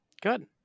Good